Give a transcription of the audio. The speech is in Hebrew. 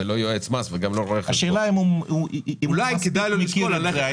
לא יועץ מס וגם לא רואה חשבון אולי כדאי לו לשקול ללכת לכיוון הזה.